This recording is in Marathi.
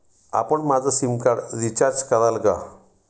आपण माझं सिमकार्ड रिचार्ज कराल का?